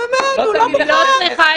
אני לא שואלת אותך.